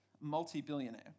multi-billionaire